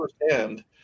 firsthand